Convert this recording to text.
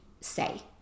say